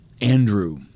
Andrew